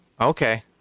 okay